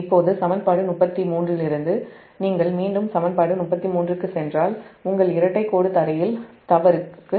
இப்போது சமன்பாடு 33 இலிருந்து நீங்கள் மீண்டும் சமன்பாடு 33 க்குச் சென்றால் உங்கள் இரட்டை கோடு க்ரவுன்ட்ல் தவறுக்கு